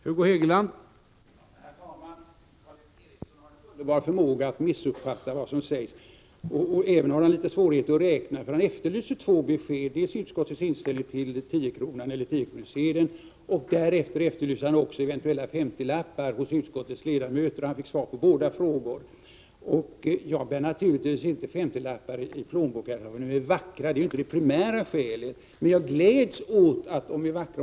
Herr talman! Karl Erik Eriksson har en underbar förmåga att missuppfatta vad som sägs. Han har även litet svårigheter att räkna. Han efterlyste faktiskt två besked, dels utskottets inställning till 10-kronorssedeln, dels eventuella femtiolappar hos utskottets ledamöter. Han fick svar på båda frågorna. Jag bär naturligtvis inte femtiolapparna i plånboken för att de är vackra. Det är inte det primära skälet, men jag gläds åt att de är vackra.